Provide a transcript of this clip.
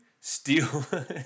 Steal